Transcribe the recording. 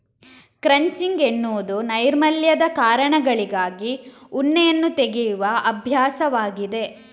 crutching ಎನ್ನುವುದು ನೈರ್ಮಲ್ಯದ ಕಾರಣಗಳಿಗಾಗಿ ಉಣ್ಣೆಯನ್ನು ತೆಗೆಯುವ ಅಭ್ಯಾಸವಾಗಿದೆ